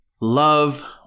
Love